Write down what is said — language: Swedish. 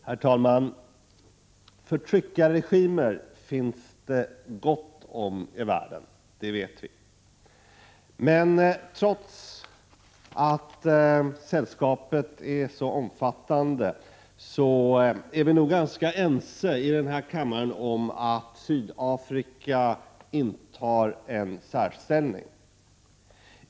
Herr talman! Förtryckarregimer finns det gott om i världen — det vet vi. Men trots att sällskapet är så omfattande är vi nog ganska ense i den här kammaren om att Sydafrika intar en särställning.